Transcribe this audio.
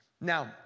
Now